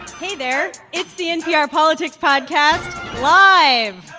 hey there. it's the npr politics podcast live